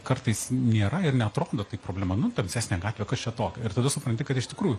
kartais nėra ir neatrodo tai problema nu tamsesnė gatvė kas čia tokio ir tada supranti kad iš tikrųjų